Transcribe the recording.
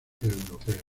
europeas